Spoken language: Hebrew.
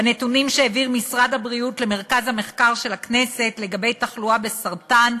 בנתונים שהעביר משרד הבריאות למרכז המחקר של הכנסת לגבי תחלואה בסרטן,